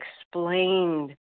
explained